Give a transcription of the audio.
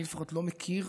אני לפחות לא מכיר,